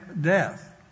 death